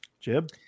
Jib